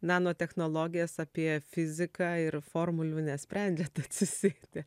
nanotechnologijas apie fiziką ir formulių nesprendžiant atsisėdę